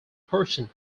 portion